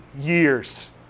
years